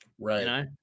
Right